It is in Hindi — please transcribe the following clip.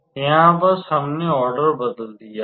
यहाँ बस हमने ऑर्डर बदल दिया है